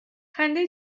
خنده